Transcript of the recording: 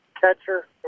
Catcher